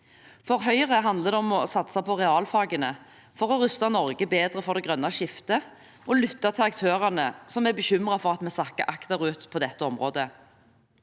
For Høyre handler det om å satse på realfagene for å ruste Norge bedre for det grønne skiftet og lytte til aktørene som er bekymret for at vi sakker akterut på dette området.